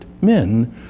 men